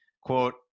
quote